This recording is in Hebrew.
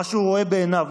מה שהוא רואה בעיניו,